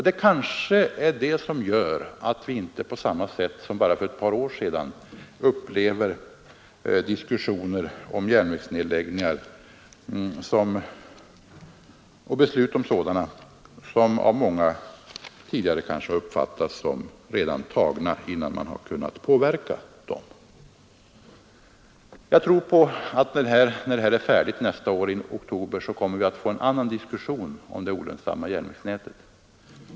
Det kanske är det som gör att vi nu inte på samma sätt som bara för ett par år sedan upplever det såsom man tidigare ofta gjorde, nämligen att besluten om att lägga ned järnvägar redan var fattade innan man kunde diskutera frågorna och påverka besluten. Jag tror att när detta arbete är färdigt, i oktober nästa år, så kommer vi att få en annan diskussion om det olönsamma järnvägsnätet.